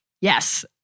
yes